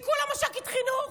היא כולה מש"קית חינוך.